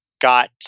got